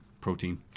Protein